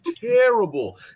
terrible